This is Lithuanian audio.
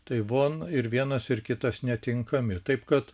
tai von ir vienas ir kitas netinkami taip kad